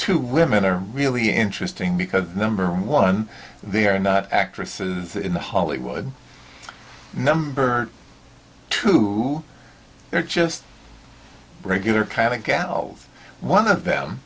two women are really interesting because number one they are not actresses in hollywood number two they're just regular kind of gals one of them